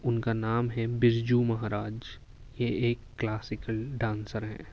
ان کا نام ہے برجو مہاراج یہ ایک کلاسیکل ڈانسر ہیں